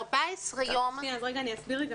רגע, אסביר.